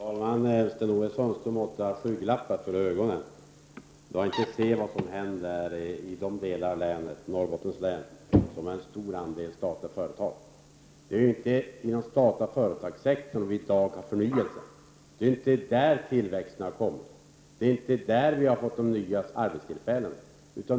Fru talman! Sten-Ove Sundström måtte ha skygglappar för ögonen, när han inte ser vad som händer i de delar av Norrbottens län som har en stor andel statliga företag. Det är inte inom den statliga företagssektorn som vi i dag har förnyelse, det är inte där tillväxten har kommit, det är inte där vi har fått de nya arbetstillfällena.